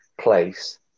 place